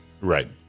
Right